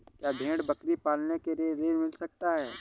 क्या भेड़ बकरी पालने के लिए ऋण मिल सकता है?